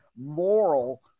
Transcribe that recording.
moral